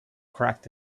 cracked